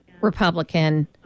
Republican